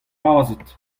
lazhet